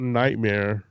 nightmare